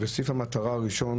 סעיף המטרה הראשון